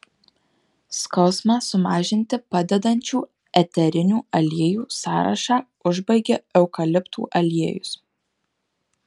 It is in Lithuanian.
skausmą sumažinti padedančių eterinių aliejų sąrašą užbaigia eukaliptų aliejus